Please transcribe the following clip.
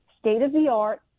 state-of-the-art